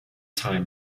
time